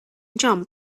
jump